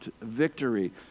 victory